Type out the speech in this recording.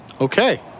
Okay